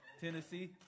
Tennessee